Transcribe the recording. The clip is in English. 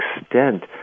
extent